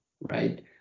right